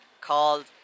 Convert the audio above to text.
called